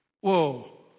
Whoa